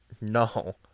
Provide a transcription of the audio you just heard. no